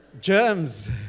Germs